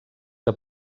que